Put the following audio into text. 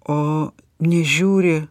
o nežiūri